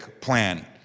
plan